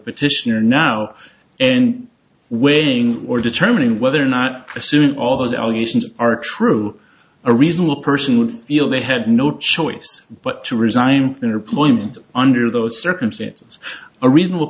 petitioner now and winning or determining whether or not pursued all those allegations are true a reasonable person would feel they had no choice but to resign in employment under those circumstances a reasonable